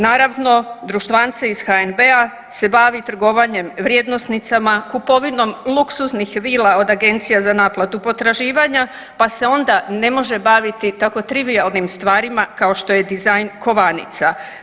Naravno, društvance iz HNB-a se bavi trgovanjem vrijednosnicama, kupovinom luksuznih vila od Agencija za naplatu potraživanja, pa se onda ne može baviti tako trivijalnim stvarima kao što je dizajn kovanica.